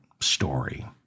story